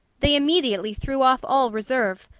they immediately threw off all reserve.